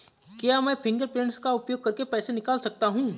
क्या मैं फ़िंगरप्रिंट का उपयोग करके पैसे निकाल सकता हूँ?